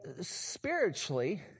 spiritually